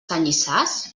canyissars